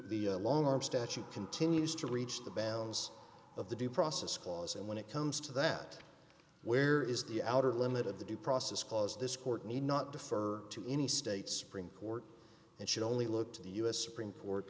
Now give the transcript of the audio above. the long arm statute continues to reach the balance of the due process clause and when it comes to that where is the outer limit of the due process cause this court need not defer to any state supreme court and should only look to the u s supreme court